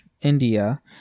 India